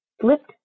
flipped